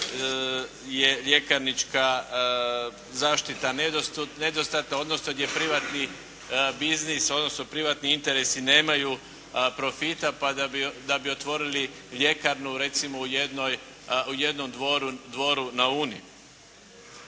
je ljekarnička zaštita nedostatna odnosno gdje privatni biznis, odnosno privatni interesi nemaju profita pa da bi otvorili ljekarnu recimo u jednom Dvoru na Uni.